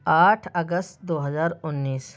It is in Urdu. آٹھ اگست دو ہزار انیس